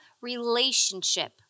relationship